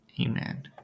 Amen